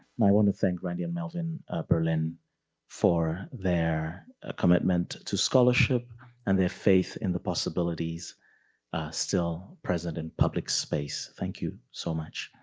want to thank randy and melvin berlin for their commitment to scholarship and their faith in the possibilities still present in public space, thank you so much.